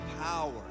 power